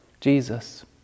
Jesus